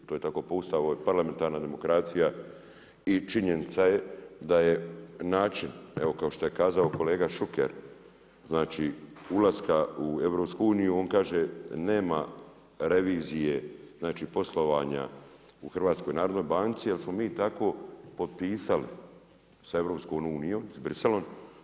To je tako po Ustavu, ovo je parlamentarna dokumentacija i činjenica je da je način evo kao što je kazao kolega Šuker, znači ulaska u EU, on kaže nema revizije, znači poslovanja u HNB jer smo mi tako potpisali sa EU, sa Bruxellesom.